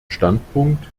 standpunkt